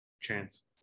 Chance